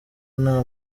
nta